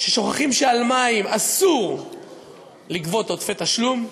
שוכחים שעל מים אסור לגבות עודפי תשלום,